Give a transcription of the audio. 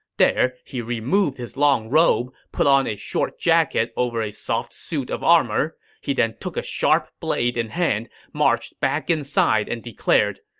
there, he removed his long robe, put on a short jacket over a soft suit of armor. he then took a sharp blade in hand, marched back inside, and declared,